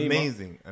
Amazing